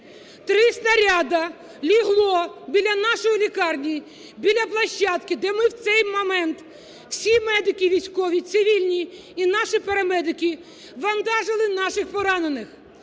Три снаряди лягло біля нашої лікарні, біля площадки, де ми в цей момент, всі медики військові, цивільні і наші парамедики, вантажили наших поранених,